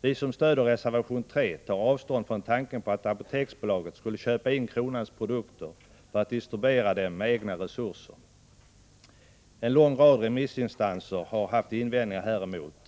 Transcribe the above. Vi som stöder reservation 3 tar avstånd från tanken att Apoteksbolaget skulle köpa in Kronans produkter för att distribuera dem med egna resurser. En lång rad remissinstanser har haft invändningar häremot.